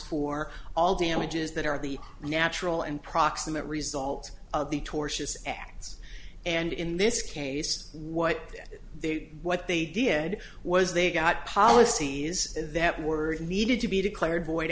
for all damages that are the natural and proximate result of the tortious acts and in this case what they what they did was they got policies that were needed to be declared void